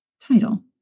title